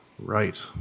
Right